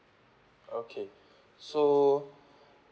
okay so